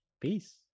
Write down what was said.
peace